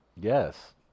Yes